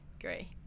great